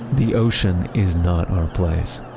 the ocean is not our place.